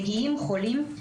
מגיעים חולים,